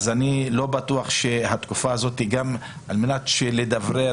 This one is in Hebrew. אז אני לא בטוח שהתקופה הזאת על-מנת לדברר